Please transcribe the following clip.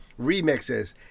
remixes